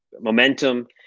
momentum